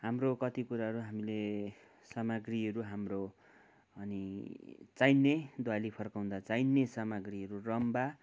हाम्रो कति कुराहरू हामीले सामाग्रीहरू हाम्रो अनि चाहिने दुवाली फर्काउँदा चाहिने सामाग्रीहरू रम्बा